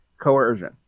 coercion